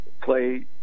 play